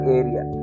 area